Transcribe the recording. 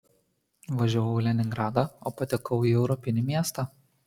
važiavau į leningradą o patekau į europinį miestą